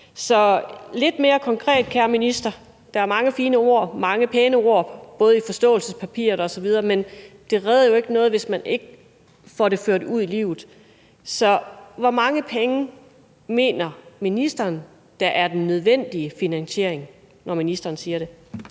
Så lidt mere konkret, kære minister – der er mange fine ord, mange pæne ord, både i forståelsespapiret og andre steder, men det redder jo ikke noget, hvis man ikke får det ført ud i livet. Hvor mange penge mener ministeren er den nødvendige finansiering, når ministeren siger det?